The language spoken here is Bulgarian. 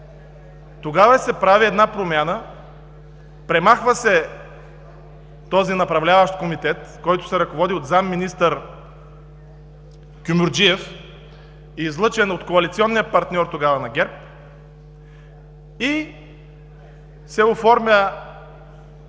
тогава се прави една промяна – премахва се направляващият комитет, който се ръководи от заместник-министър Кюмюрджиев, излъчен от коалиционния партньор тогава на ГЕРБ, и се оформя